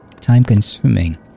time-consuming